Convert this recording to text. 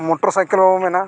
ᱵᱚᱱ ᱢᱮᱱᱟ